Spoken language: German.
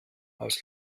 aus